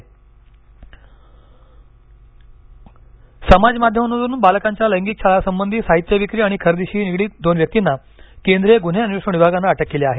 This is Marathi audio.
सीबीआय अ कि समाज माध्यमांवरुन बालकांच्या लँगिक छळासंबंधी साहित्य विक्री आणि खरेदीशी निगडीत दोन व्यक्तिना केंद्रीय गुन्हे अन्वेषण विभागानं अ क्रि केली आहे